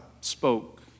spoke